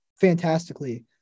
fantastically